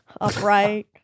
upright